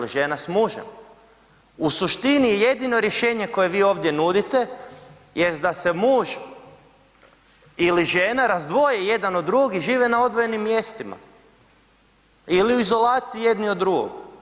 U suštini jedino rješenje koje vi ovdje nudite jest da se muž ili žena razdvoje jedan od drugog i žive na odvojenim mjestima ili u izolaciji jedni od drugog.